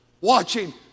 watching